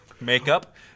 makeup